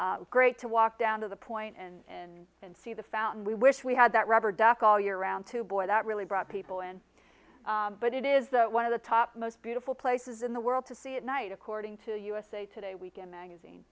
great to walk down to the point in and see the fountain we wish we had that rubber duck all year around two boys that really brought people in but it is one of the top most beautiful places in the world to see at night according to usa today weekend magazine